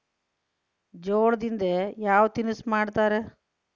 ಜೋಳದಿಂದ ಯಾವ ತಿನಸು ಮಾಡತಾರ?